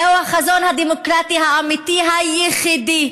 זהו החזון הדמוקרטי האמיתי היחידי